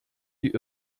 die